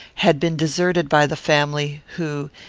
had been deserted by the family, who,